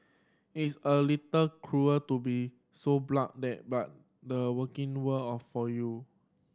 it's a little cruel to be so blunt that but the working world all for you